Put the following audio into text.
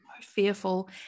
fearful